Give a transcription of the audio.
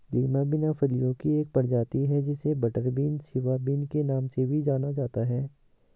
Lima bean फलियों की एक प्रजाति है जिसे बटरबीन, सिवा बिन के नाम से भी जाना जाता है